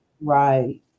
Right